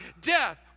Death